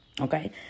Okay